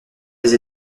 les